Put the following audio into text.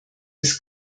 des